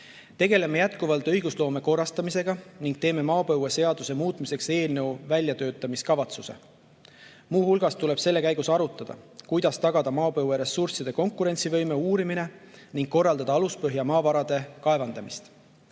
tegeleme jätkuvalt õigusloome korrastamisega ning teeme maapõueseaduse muutmiseks eelnõu väljatöötamise kavatsuse. Muu hulgas tuleb selle käigus arutada, kuidas tagada maapõueressursside konkurentsivõime uurimine ning korraldada aluspõhja maavarade kaevandamist.